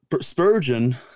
Spurgeon